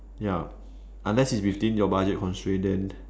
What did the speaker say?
ya unless it's within your budget constraint then